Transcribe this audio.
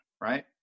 right